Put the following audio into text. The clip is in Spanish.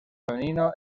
femenino